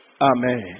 Amen